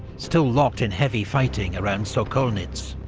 still locked in heavy fighting around sokolnitz.